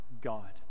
God